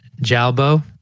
Jalbo